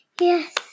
Yes